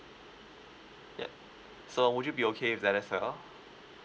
ya so would you be okay with that as well